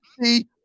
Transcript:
see